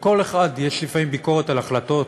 לכל אחד יש לפעמים ביקורת, על החלטות